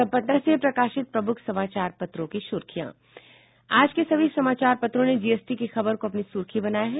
और अब पटना से प्रकाशित प्रमुख समाचार पत्रों की सुर्खियां आज के सभी समाचार पत्रों ने जीएसटी की खबर को अपनी सुर्खी बनाया है